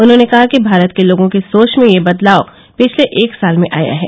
उन्होंने कहा कि भारत के लोगों की सोच में यह बदलाव पिछले एक साल में आया है